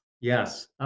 Yes